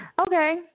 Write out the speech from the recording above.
Okay